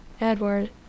edward